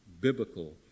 biblical